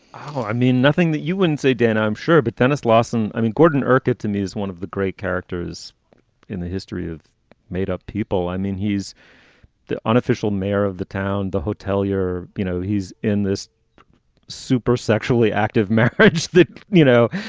ah i mean, nothing that you wouldn't say, dan, i'm sure. but denis lawson i mean, gordon, ercot to me is one of the great characters in the history of made up people. i mean, he's the unofficial mayor of the town, the hotelier. you know, he's in this super sexually active marriage that, you know,